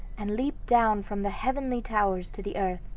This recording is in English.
and leaped down from the heavenly towers to the earth.